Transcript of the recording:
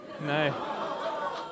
No